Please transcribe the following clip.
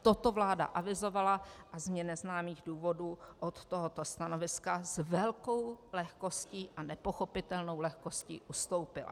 Toto vláda avizovala a z mně neznámých důvodů od tohoto stanoviska s velkou lehkostí a nepochopitelnou lehkostí ustoupila.